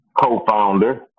co-founder